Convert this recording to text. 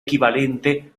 equivalente